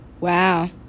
Wow